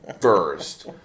first